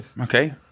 Okay